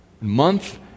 Month